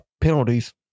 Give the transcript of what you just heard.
penalties